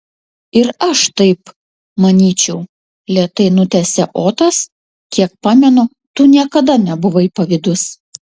ir aš taip manyčiau lėtai nutęsė otas kiek pamenu tu niekada nebuvai pavydus